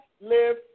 live